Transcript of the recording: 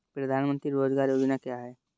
प्रधानमंत्री रोज़गार योजना क्या है?